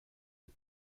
are